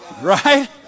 Right